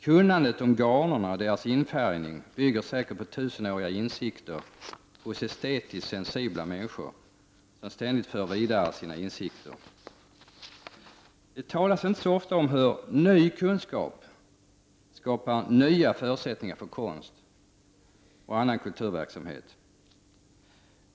Kunnandet om garnerna och deras infärgning bygger säkert på tusenåriga insikter hos estetiskt sensibla människor som ständigt har fört sina insikter vidare. Det talas inte så ofta om hur ny kunskap skapar nya förutsättningar för konst och annan kulturverksamhet.